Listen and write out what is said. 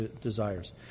desires